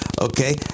okay